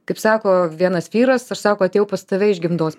kaip sako vienas vyras aš sako atėjau pas tave iš gimdos